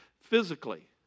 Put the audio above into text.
physically